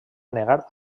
negar